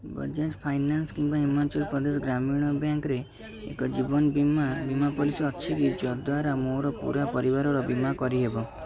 Bajaj finance କିମ୍ବା ହିମାଚଳ ପ୍ରଦେଶ ଗ୍ରାମୀଣ bank ରେ ଏକ ଜୀବନ ବୀମା ବୀମା ପଲିସି ଅଛିକି ଯଦ୍ଵାରା ମୋର ପୂରା ପରିବାରର ବୀମା କରିହେବ